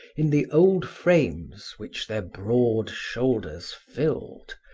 in the old frames which their broad shoulders filled,